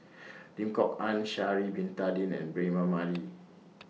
Lim Kok Ann Sha'Ari Bin Tadin and Braema Mathi